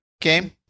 game